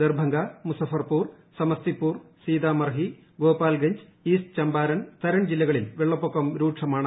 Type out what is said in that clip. Darbhanga Muzaffarpur Samastipur Sitamarhi Gopalganj East Champaran Saran ജില്ലകളിൽ വെള്ളപ്പൊക്കം രൂക്ഷമാണ്